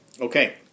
Okay